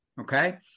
Okay